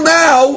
now